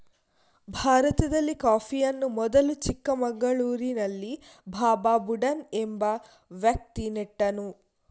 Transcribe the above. ಭಾರತದಲ್ಲಿ ಕಾಫಿಯನ್ನು ಮೊದಲು ಚಿಕ್ಕಮಗಳೂರಿನಲ್ಲಿ ಬಾಬಾ ಬುಡನ್ ಎಂಬ ವ್ಯಕ್ತಿ ನೆಟ್ಟನು